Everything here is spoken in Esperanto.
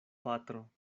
patro